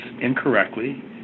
incorrectly